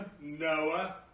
Noah